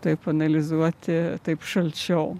taip analizuoti taip šalčiau